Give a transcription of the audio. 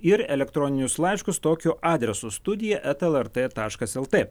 ir elektroninius laiškus tokiu adresu studija eta lrt taškas lt